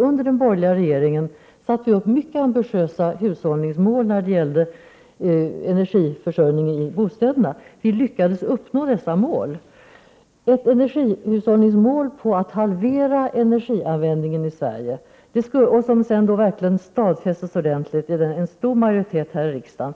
Under den borgerliga regeringens tid satte man upp mycket ambitiösa hushållningsmål när det gällde energiförsörjningen i bostäderna. Vi lyckades uppnå dessa mål. Ett energihushållningsmål som innebär att vi halverar energianvändningen i Sverige, ett mål som sedan verkligen stadfästes ordentligt genom en stor majoritet här i riksdagen,